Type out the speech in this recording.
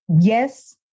yes